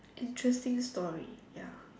interesting story ya